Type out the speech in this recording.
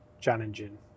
challenging